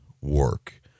work